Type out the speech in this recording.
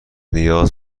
نیاز